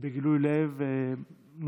ובגילוי לב נדיר,